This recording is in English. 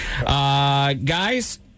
Guys